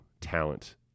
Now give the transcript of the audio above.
talent